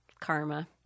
karma